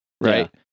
Right